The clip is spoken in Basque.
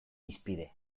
hizpide